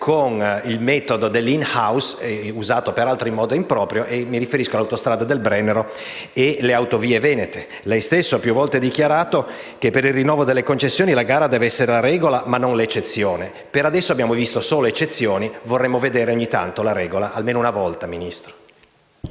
con il metodo *in house*, usato peraltro in modo improprio? Mi riferisco alle autostrade del Brennero e alle autovie venete. Lei stesso ha più volte dichiarato che, per il rinnovo delle concessioni, la gara deve essere la regola e non l'eccezione. Per adesso abbiamo visto solo eccezioni e allora vorremmo vedere la regola almeno una volta, signor